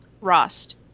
rust